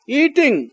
eating